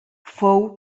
fou